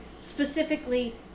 specifically